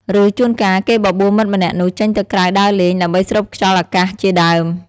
ឬ ជួនកាល គេបបួលមិត្តម្នាក់នោះចេញទៅក្រៅដើរលេង ដើម្បីស្រូបខ្យល់អាកាសជាដើម។